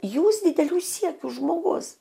jūs didelių siekių žmogus